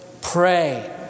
pray